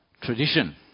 tradition